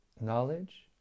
knowledge